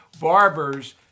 barbers